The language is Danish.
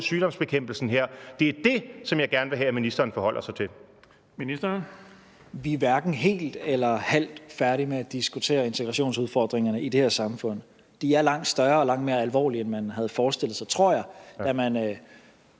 Ministeren. Kl. 19:59 Udlændinge- og integrationsministeren (Mattias Tesfaye): Vi er hverken helt eller halvt færdige med at diskutere integrationsudfordringerne i det her samfund. De er langt større og langt mere alvorlige, end man havde forestillet sig, tror jeg, da man